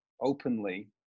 openly